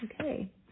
okay